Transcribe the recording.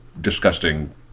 disgusting